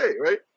right